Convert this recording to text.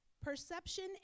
perception